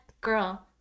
girl